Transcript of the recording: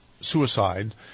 suicide